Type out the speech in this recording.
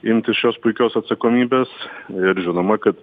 imtis šios puikios atsakomybės ir žinoma kad